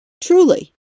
Truly